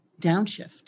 downshift